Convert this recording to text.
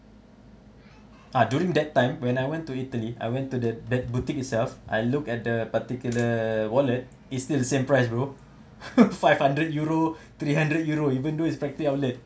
ah during that time when I went to italy I went to the that boutique itself I look at the particular wallet is still the same price bro five hundred euro three hundred euro even though it's factory outlet